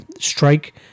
strike